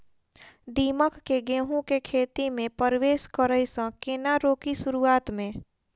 दीमक केँ गेंहूँ केँ खेती मे परवेश करै सँ केना रोकि शुरुआत में?